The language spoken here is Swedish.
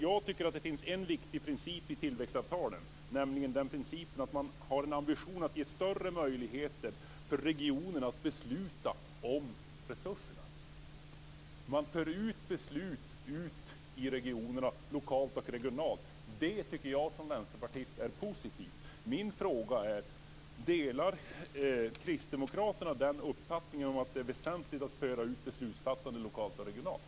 Jag tycker att det finns en viktig princip i tillväxtavtalen, nämligen den att man har en ambition att ge större möjligheter för regionerna att besluta om resurserna. Man för ut beslut regionalt och lokalt till regionerna. Det tycker jag som vänsterpartist är positivt. Min fråga är: Delar kristdemokraterna den uppfattningen att det är väsentligt att föra ut beslutsfattande lokalt och regionalt?